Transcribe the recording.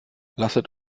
lasset